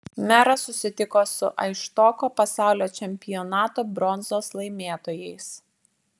meras susitiko su aisštoko pasaulio čempionato bronzos laimėtojais